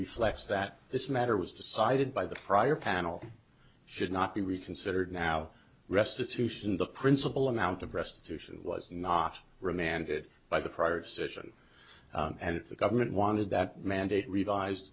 reflects that this matter was decided by the prior panel should not be reconsidered now restitution the principle amount of restitution was not remanded by the prior session and if the government wanted that mandate revised